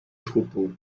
troupeau